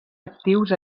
actius